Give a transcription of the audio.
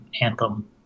Anthem